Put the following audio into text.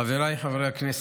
חבריי חברי הכנסת,